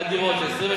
לא,